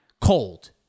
Cold